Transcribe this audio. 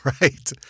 right